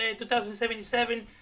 2077